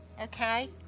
Okay